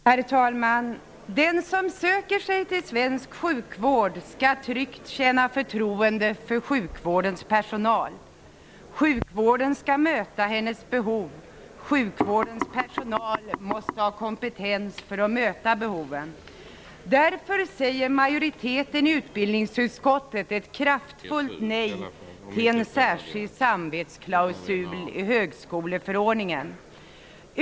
Herr talman! Den som söker sig till svensk sjukvård skall tryggt kunna känna förtroende för sjukvårdens personal. Sjukvården skall möta hennes behov. Sjukvårdens personal måste ha kompetens för att möta behoven. Därför säger majoriteten i utbildningsutskottet ett kraftfullt nej till en särskild samvetsklausul i högskoleförordningen.